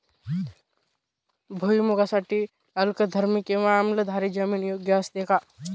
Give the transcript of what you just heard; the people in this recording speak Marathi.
भुईमूगासाठी अल्कधर्मी किंवा आम्लधर्मी जमीन योग्य असते का?